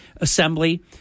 Assembly